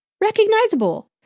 recognizable